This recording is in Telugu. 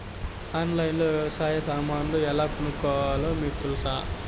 ఆన్లైన్లో లో వ్యవసాయ సామాన్లు ఎలా కొనుక్కోవాలో మీకు తెలుసా?